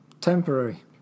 Temporary